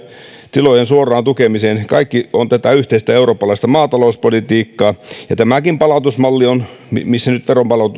tilojen suoraan tukemiseen kaikki on tätä yhteistä eurooppalaista maatalouspolitiikkaa tämäkin palautusmalli missä nyt